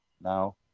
now